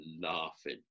laughing